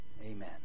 Amen